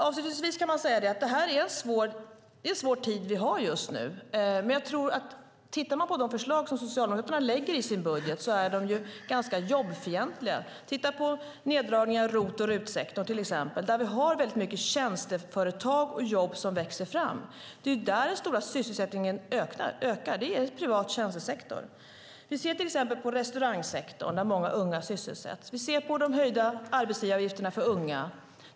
Avslutningsvis kan man säga att det är en svår tid vi har just nu. Jag tror dock att man om man tittar på de förslag Socialdemokraterna lägger fram i sin budget ser att de är ganska jobbfientliga. Titta på neddragningar av RUT och ROT-sektorn, till exempel; där har vi väldigt många tjänsteföretag och jobb som växer fram. Det är där den stora sysselsättningen ökar - i privat tjänstesektor. Vi kan till exempel se på restaurangsektorn, där många unga sysselsätts, och de höjda arbetsgivaravgifterna för unga.